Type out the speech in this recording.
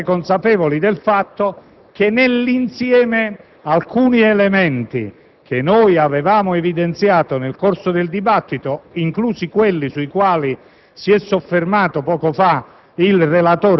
ma anche consapevoli del fatto che nell'insieme alcuni elementi che noi avevamo evidenziato nel corso del dibattito, inclusi quelli sui quali si è soffermato poco fa